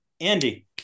Andy